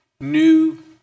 new